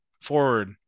forward